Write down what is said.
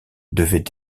devaient